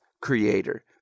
creator